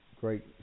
great